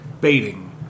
baiting